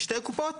שתי קופות,